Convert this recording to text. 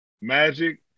Magic